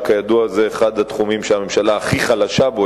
וכידוע זה אחד התחומים שהממשלה הכי חלשה בו,